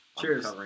cheers